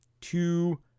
two